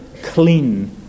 clean